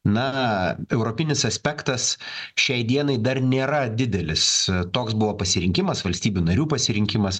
na europinis aspektas šiai dienai dar nėra didelis toks buvo pasirinkimas valstybių narių pasirinkimas